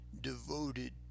devoted